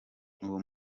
uwo